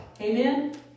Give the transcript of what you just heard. Amen